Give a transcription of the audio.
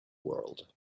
world